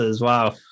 Wow